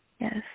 Yes